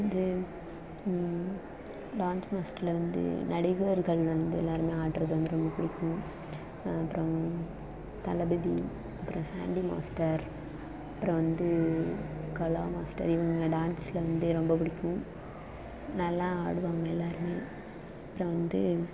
இது டான்ஸ் மாஸ்டர்ல வந்து நடிகர்கள் வந்து எல்லாருமே ஆடுகிறது வந்து ரொம்ப பிடிக்கும் அப்புறம் தளபதி அப்புறம் சாண்டி மாஸ்டர் அப்புறம் வந்து கலா மாஸ்டர் இவங்க டான்ஸ்ல வந்து ரொம்ப பிடிக்கும் நல்லா ஆடுவாங்க எல்லாருமே அப்புறம் வந்து